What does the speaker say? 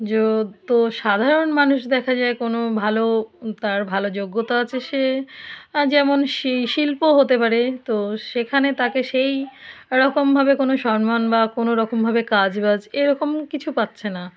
যো তো সাধারণ মানুষ দেখা যায় কোনো ভালো তার ভালো যোগ্যতা আছে সে যেমন শিল্প হতে পারে তো সেখানে তাকে সেই রকমভাবে কোনো সন্মান বা কোনো রকমভাবে কাজ বাজ এরকম কিছু পাচ্ছে না